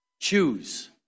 choose